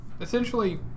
Essentially